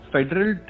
Federal